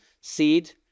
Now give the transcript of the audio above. seed